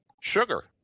sugar